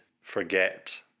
forget